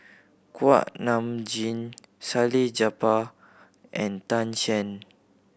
Kuak Nam Jin Salleh Japar and Tan Shen